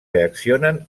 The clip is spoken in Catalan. reaccionen